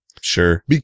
Sure